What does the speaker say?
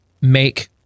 make